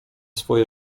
swoje